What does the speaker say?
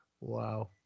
Wow